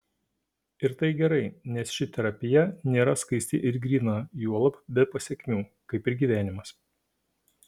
ir tai gerai nes ši terapija nėra skaisti ir gryna juolab be pasekmių kaip ir gyvenimas